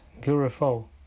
beautiful